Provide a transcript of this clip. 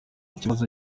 kibazo